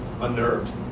unnerved